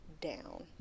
down